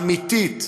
אמיתית.